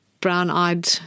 brown-eyed